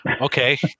Okay